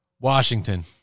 Washington